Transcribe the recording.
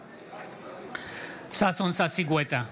נגד ששון ששי גואטה,